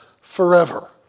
forever